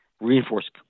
Reinforce